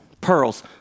Pearls